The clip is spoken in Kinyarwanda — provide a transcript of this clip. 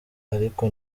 ariko